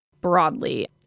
broadly